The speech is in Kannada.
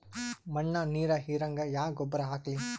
ಮಣ್ಣ ನೀರ ಹೀರಂಗ ಯಾ ಗೊಬ್ಬರ ಹಾಕ್ಲಿ?